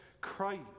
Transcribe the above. Christ